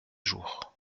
jours